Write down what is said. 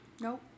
Nope